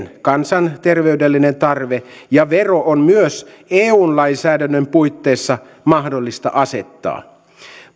kansanterveydellinen tarve ja vero on myös eun lainsäädännön puitteissa mahdollista asettaa